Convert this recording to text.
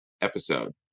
episode